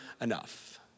enough